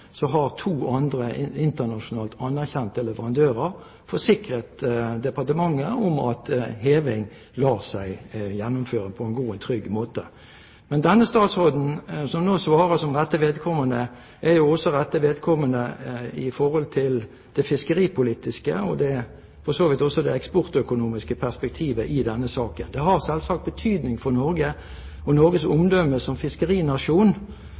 har to andre internasjonalt anerkjente leverandører forsikret departementet om at heving lar seg gjennomføre på en god og trygg måte. Men denne statsråden, som nå svarer som rette vedkommende, er jo også rette vedkommende i forhold til det fiskeripolitiske og for så vidt også det eksportøkonomiske perspektivet i denne saken. Det har selvsagt betydning for Norge og Norges omdømme som fiskerinasjon,